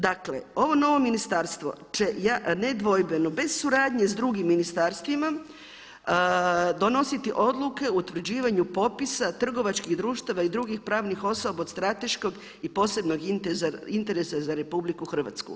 Dakle ovo novo ministarstvo će nedvojbeno bez suradnje s drugim ministarstvima donositi odluke o utvrđivanju popisa trgovačkih društava i drugih pravnih osoba od strateškog i posebnog interesa za RH.